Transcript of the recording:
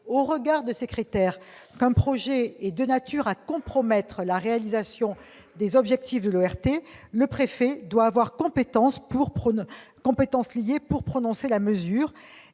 au regard de ces critères, qu'un projet est de nature à compromettre la réalisation des objectifs de l'ORT, le préfet doit avoir compétence liée pour prononcer la mesure.